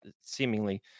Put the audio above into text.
seemingly